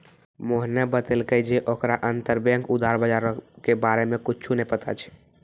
मोहने बतैलकै जे ओकरा अंतरबैंक उधार बजारो के बारे मे कुछु नै पता छै